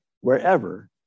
wherever